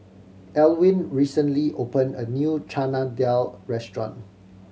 Elwin recently opened a new Chana Dal restaurant